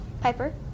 Piper